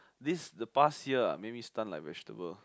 this the past year ah make me stun like vegetable